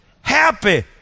Happy